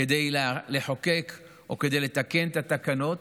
כדי לחוקק או כדי לתקן את התקנות,